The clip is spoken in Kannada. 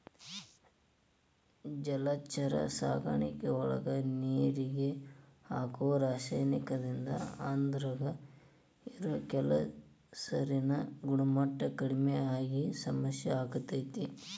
ಜಲಚರ ಸಾಕಾಣಿಕೆಯೊಳಗ ನೇರಿಗೆ ಹಾಕೋ ರಾಸಾಯನಿಕದಿಂದ ಅದ್ರಾಗ ಇರೋ ಕೆಸರಿನ ಗುಣಮಟ್ಟ ಕಡಿಮಿ ಆಗಿ ಸಮಸ್ಯೆ ಆಗ್ತೇತಿ